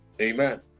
Amen